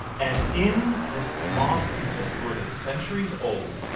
and in this mosque in testour that is centuries old,